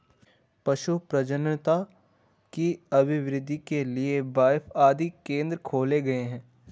पशु प्रजननता की अभिवृद्धि के लिए बाएफ आदि केंद्र खोले गए हैं